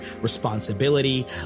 responsibility